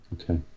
okay